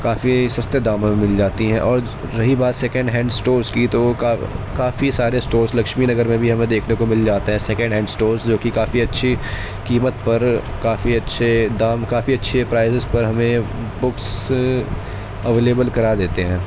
کافی سستے داموں میں مل جاتی ہیں اور رہی بات سکینڈ ہنیڈ اسٹورس کی تو وہ کا کافی سارے اسٹورس لکچھمی نگر میں بھی ہمیں دیکھنے کو مل جاتے ہیں سکینڈ ہنیڈ اسٹورز جوکہ کافی اچھی قیمت پر کافی اچھے دام کافی اچھے پرائزیز پر ہمیں بکس اویلیبل کرا دیتے ہیں